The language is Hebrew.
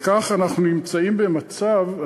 וכך אנחנו נמצאים במצב,